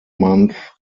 month